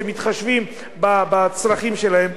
שמתחשבים בצרכים שלהן,